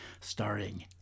starring